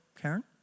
Karen